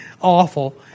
awful